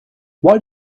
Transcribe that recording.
why